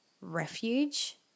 refuge